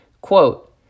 Quote